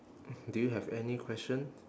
do you have any question